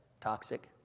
toxic